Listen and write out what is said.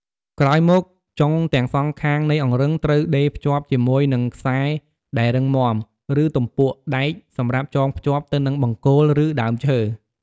ក្រោយមកចុងទាំងសងខាងនៃអង្រឹងត្រូវដេរភ្ជាប់ជាមួយនឹងខ្សែដែលរឹងមាំ ឬទំពក់ដែកសម្រាប់ចងភ្ជាប់ទៅនឹងបង្គោល ឬដើមឈើ។